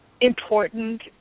important